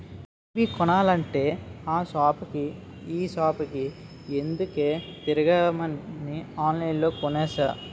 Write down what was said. TV కొనాలంటే ఆ సాపుకి ఈ సాపుకి ఎందుకే తిరగడమని ఆన్లైన్లో కొనేసా